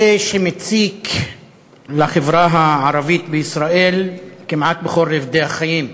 מציק לחברה הערבית בישראל כמעט בכל רובדי החיים.